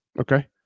Okay